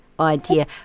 Idea